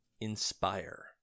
Inspire